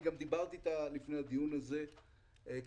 אני גם דיברתי אתה לפני הדיון הזה כדי